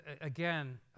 again